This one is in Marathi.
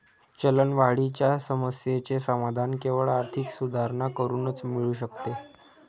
चलनवाढीच्या समस्येचे समाधान केवळ आर्थिक सुधारणा करूनच मिळू शकते